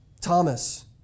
Thomas